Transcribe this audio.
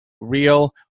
real